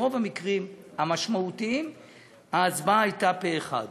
ברוב המקרים המשמעותיים ההצבעה הייתה פה-אחד.